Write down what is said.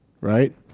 right